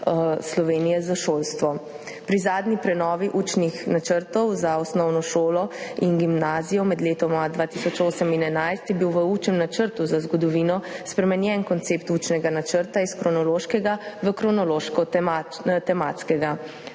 Slovenije za šolstvo. Pri zadnji prenovi učnih načrtov za osnovno šolo in gimnazijo med letoma 2008 in 2011 je bil v učnem načrtu za zgodovino spremenjen koncept učnega načrta iz kronološkega v kronološko-tematskega.